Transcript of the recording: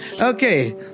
Okay